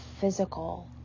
physical